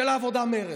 של העבודה-מרצ.